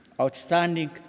outstanding